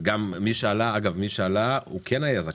אגב, מי שעלה, כן היה זכאי,